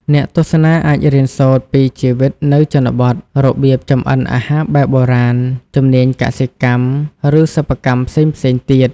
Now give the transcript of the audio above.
អ្នកទស្សនាអាចរៀនសូត្រពី ជីវិតនៅជនបទ របៀបចម្អិនអាហារបែបបុរាណ ជំនាញកសិកម្ម ឬសិប្បកម្មផ្សេងៗទៀត។